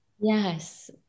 Yes